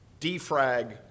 defrag